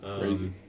Crazy